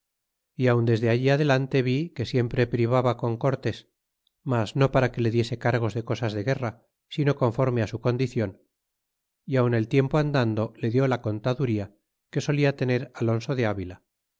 y aun desde allí adelante vi que siempre privaba con cortés mas no para que le diese cargos de cosas de guerra sino conforme su condicion y aun el tiempo andando le di la contaduría que solia tener alonso de avila